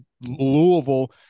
Louisville